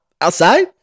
outside